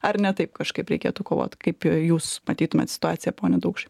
ar ne taip kažkaip reikėtų kovot kaip jūs matytumėt situaciją pone daukšai